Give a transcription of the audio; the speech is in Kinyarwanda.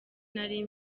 nari